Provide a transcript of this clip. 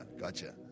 gotcha